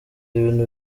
ibintu